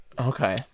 okay